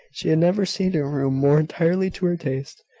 she had never seen a room more entirely to her taste,